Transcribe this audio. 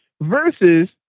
versus